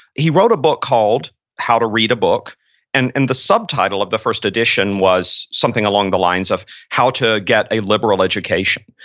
he wrote a book called how to read a book and and the subtitle of the first edition was something along the lines of, how to get a liberal education.